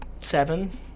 seven